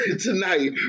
tonight